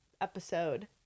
episode